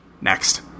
Next